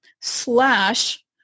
slash